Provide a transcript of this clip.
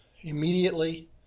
immediately